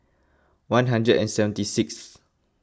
one hundred and seventy sixth